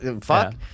fuck